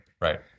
Right